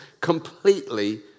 completely